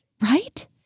right